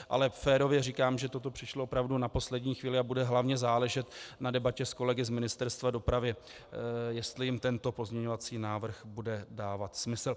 Ale férově říkám, že toto přišlo opravdu na poslední chvíli a bude hlavně záležet na debatě s kolegy z Ministerstva dopravy, jestli jim tento pozměňovací návrh bude dávat smysl.